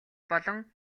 болон